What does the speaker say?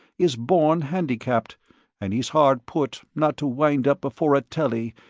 is born handicapped and he's hard put not to wind up before a telly,